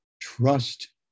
trust